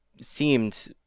seemed